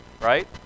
right